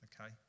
okay